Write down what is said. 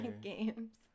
games